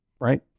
Right